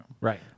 Right